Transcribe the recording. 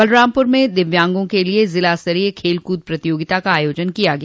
बलरामपुर में दिव्यांगों के लिये जिला स्तरीय खेल कूद प्रतियोगिता का आयोजन किया गया